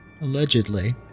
Allegedly